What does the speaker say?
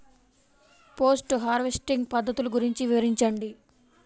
Post harvesting పద్ధతులు గురించి వివరించండి?